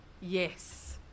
Yes